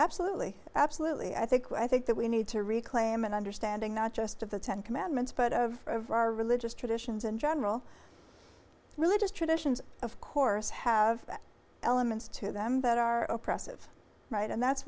absolutely absolutely i think i think that we need to reclaim an understanding not just of the ten commandments but of our religious traditions in general religious traditions of course have elements to them that are oppressive right and that's